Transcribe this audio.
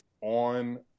on